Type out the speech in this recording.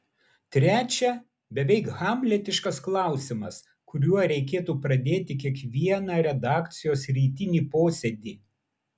trečia beveik hamletiškas klausimas kuriuo reikėtų pradėti kiekvieną redakcijos rytinį posėdį